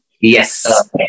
yes